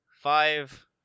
five